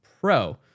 pro